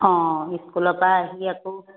অঁ স্কুলৰ পৰা আহি আকৌ